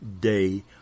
day